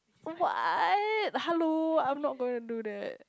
but why hello I am not gonna to do that